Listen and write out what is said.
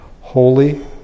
holy